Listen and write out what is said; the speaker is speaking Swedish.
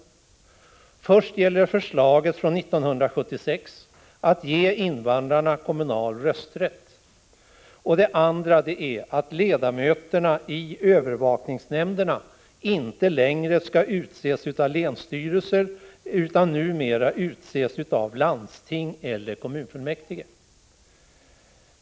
Den första är förslaget från 1976 att ge invandrarna kommunal rösträtt. Den andra är att ledamöterna i övervakningsnämnderna inte längre skall utses av länsstyrelser utan av landsting eller kommunfullmäktige.